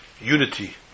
unity